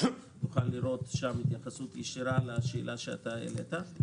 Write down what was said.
נוכל לראות שם התייחסות ישירה לשאלה שאתה שאלת.